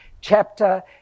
chapter